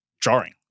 jarring